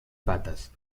patas